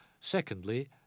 Secondly